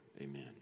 amen